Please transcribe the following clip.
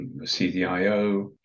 CDIO